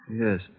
Yes